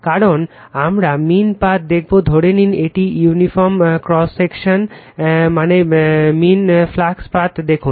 কারণ আমরা মীন দেখবো ধরে নিন এটি ইউনিফর্ম ক্রস সেকশন মানে মীন ফ্লাক্স পাথ দেখুন